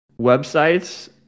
websites